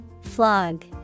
Flog